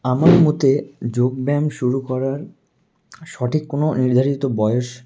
আমার মতে যোগব্যায়াম শুরু করার সঠিক কোনো নির্ধারিত বয়স